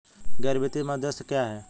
गैर वित्तीय मध्यस्थ क्या हैं?